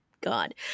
god